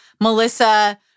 Melissa